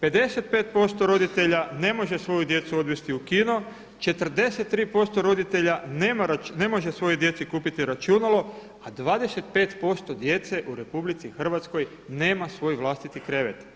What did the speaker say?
55% roditelja ne može svoju djecu odvesti u kino, 43% roditelja ne može svojoj djeci kupiti računalo a 25% djece u RH nema svoj vlastiti krevet.